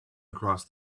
across